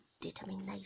determination